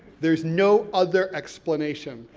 there's no other explanation,